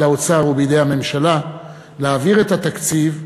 האוצר ובידי הממשלה להעביר את התקציב,